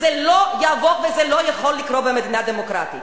זה לא יעבור, וזה לא יכול לקרות במדינה דמוקרטית.